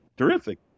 Terrific